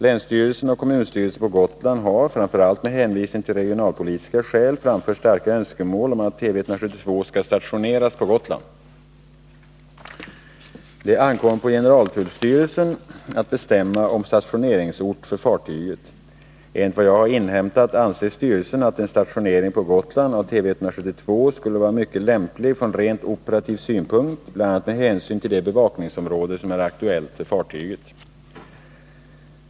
Länsstyrelsen och kommunstyrelsen på Gotland har, framför allt med hänvisning till regionalpolitiska skäl, framfört starka önskemål om att Tv 172 skall stationeras på Gotland. Det ankommer på generaltullstyrelsen att bestämma om stationseringsort för fartyget. Enligt vad jag har inhämtat anser styrelsen att en stationering på Gotland av Tv 172 skulle vara mycket lämplig från rent operativ synpunkt bl.a. med hänsyn till det bevakningsområde som är aktuellt för fartyget.